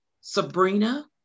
Sabrina